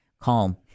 calm